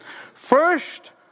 First